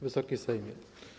Wysoki Sejmie!